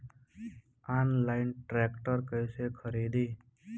Online tractor कैसे खरदी?